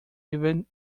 even